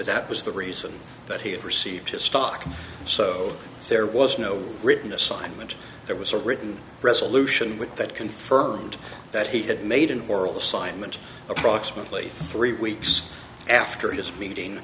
that was the reason that he had received his stock so there was no written assignment there was a written resolution with that confirmed that he had made an oral sign meant approximately three weeks after his meeting